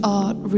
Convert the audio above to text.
art